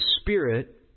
Spirit